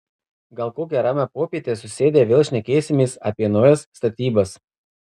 gal kokią ramią popietę susėdę vėl šnekėsimės apie naujas statybas